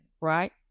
right